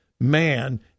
man